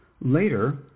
later